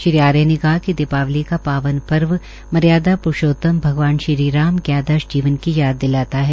श्री आर्य ने कहा कि दीपावली का पावन पर्व मर्यादा प्रूषोत्तम भगवान श्रीराम के आदर्श जीवन की याद दिलाता है